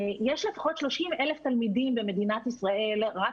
יש לפחות 30,000 תלמידים במדינת ישראל רק